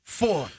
four